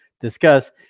discuss